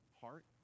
heart